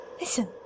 Listen